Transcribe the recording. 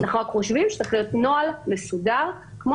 אנחנו רק חושבים שצריך להיות נוהל מסודר כמו